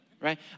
right